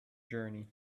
journey